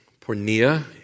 Pornea